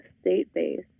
state-based